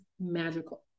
magical